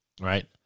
right